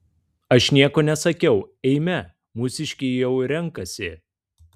aš nieko nesakiau eime mūsiškiai jau renkasi